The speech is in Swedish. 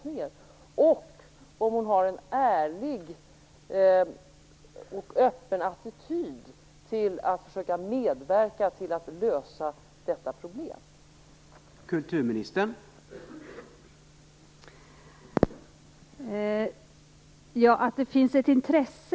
Vidare undrar jag om Marita Ulvskog har en ärlig och öppen attityd när det gäller att försöka medverka till att detta problem löses.